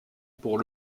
pour